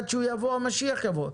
עד שהוא יבוא, המשיח יבוא.